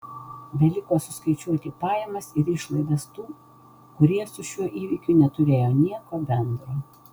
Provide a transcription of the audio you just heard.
beliko suskaičiuoti pajamas ir išlaidas tų kurie su šiuo įvykiu neturėjo nieko bendro